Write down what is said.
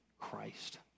Christ